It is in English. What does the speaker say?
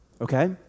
Okay